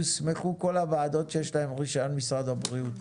יוסמכו כל המעבדות שיש להן רישיון משרד הבריאות,